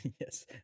yes